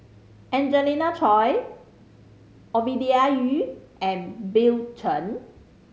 Angelina Choy Ovidia Yu and Bill Chen